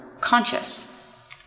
conscious